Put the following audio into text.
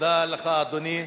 תודה לך, אדוני.